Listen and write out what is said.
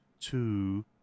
two